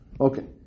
Okay